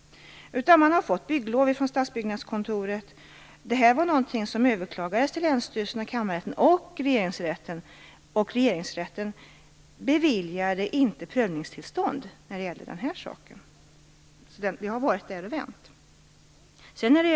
Man har fått bygglov från Stadsbyggnadskontoret. Det överklagades till länsstyrelsen, Kammarrätten och Regeringsrätten, och Regeringsrätten beviljade inte prövningstillstånd i den här saken. Den har varit där och vänt.